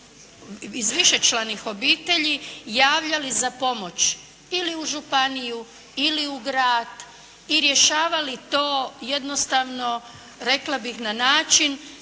iz višečlanih obitelji javljali za pomoć ili u županiju ili u grad i rješavali to jednostavno rekla bih na način